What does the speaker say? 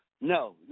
no